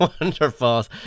wonderful